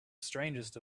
strangest